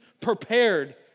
prepared